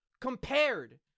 compared